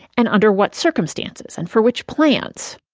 and under what circumstances, and for which plans.